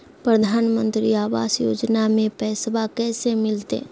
प्रधानमंत्री आवास योजना में पैसबा कैसे मिलते?